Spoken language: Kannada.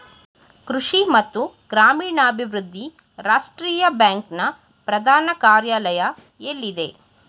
ಕೃಷಿ ಮತ್ತು ಗ್ರಾಮೀಣಾಭಿವೃದ್ಧಿ ರಾಷ್ಟ್ರೀಯ ಬ್ಯಾಂಕ್ ನ ಪ್ರಧಾನ ಕಾರ್ಯಾಲಯ ಎಲ್ಲಿದೆ?